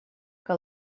que